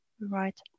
Right